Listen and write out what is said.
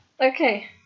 Okay